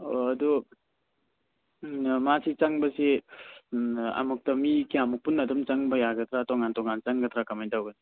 ꯑꯣ ꯑꯗꯨ ꯃꯥꯁꯤ ꯆꯪꯕꯁꯤ ꯑꯃꯨꯛꯇ ꯃꯤ ꯀꯌꯥꯃꯨꯛ ꯄꯨꯟꯅ ꯑꯗꯨꯝ ꯆꯪꯕ ꯌꯥꯒꯗ꯭ꯔ ꯇꯣꯉꯥꯟ ꯇꯣꯉꯥꯟꯅ ꯆꯪꯒꯗ꯭ꯔ ꯀꯃꯥꯏꯅ ꯇꯧꯒꯅꯤ